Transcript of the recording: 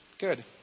good